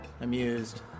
amused